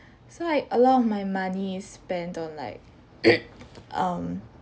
so like a lot of my money is spent on like um